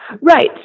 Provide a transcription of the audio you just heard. Right